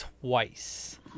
twice